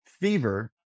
fever